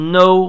no